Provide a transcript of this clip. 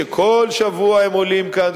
שכל שבוע הם עולים כאן,